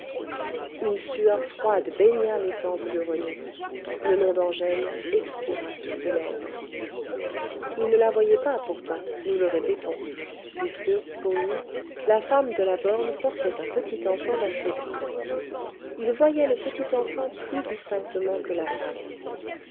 une sueur froide baigna les tempes de rené le nom d'angèle expira sur ses lèvres il ne la voyait pas pourtant nous le répétons puisque pour lui la femme de la borne portait un petit enfant dans ses bras il voyait le petit enfant plus distinctement que la femme